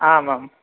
आमां